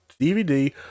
DVD